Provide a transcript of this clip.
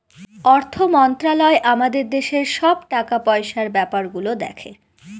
অর্থ মন্ত্রালয় আমাদের দেশের সব টাকা পয়সার ব্যাপার গুলো দেখে